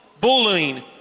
bullying